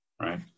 Right